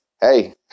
hey